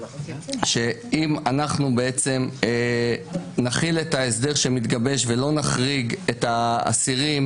שאם אנחנו בעצם נחיל את ההסדר שמתגבש ולא נחריג את האסירים,